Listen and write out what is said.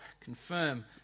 confirm